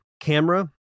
camera